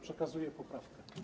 Przekazuję poprawki.